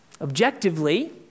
Objectively